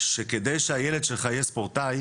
שכדי שהילד שלך יהיה ספורטאי